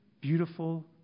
beautiful